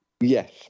Yes